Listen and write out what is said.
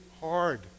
hard